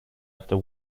after